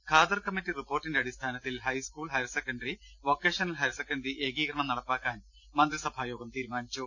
Khader committee റിപ്പോർട്ടിന്റെ അടിസ്ഥാനത്തിൽ high school higher secondary vocational higher secondary ഏകീ കരണം നടപ്പാക്കാൻ മന്ത്രിസഭാ യോഗം തീരുമാനിച്ചു